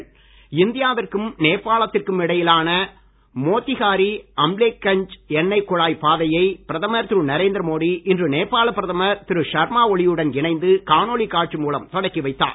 மோடி இந்தியாவிற்கும் நேபாளத்திற்கும் இடையிலான மோத்திஹாரி அம்லேக்கஞ்ச் எண்ணெய் குழாய் பாதையை பிரதமர் திரு நரேந்திரமோடி இன்று நேபாள பிரதமர் திரு ஷர்மா ஒளி யுடன் இணைந்து காணொலி காட்சி மூலம் தொடக்கி வைத்தார்